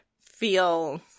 feel